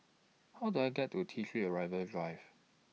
How Do I get to T three Arrival Drive